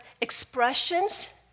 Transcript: expressions